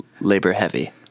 labor-heavy